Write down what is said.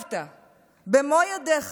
חירבת במו ידיך,